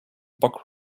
bug